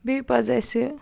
بیٚیہِ پَزِ اَسہِ